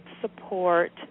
support